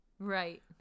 Right